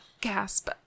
gasp